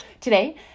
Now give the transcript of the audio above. today